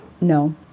No